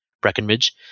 Breckenridge